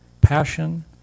passion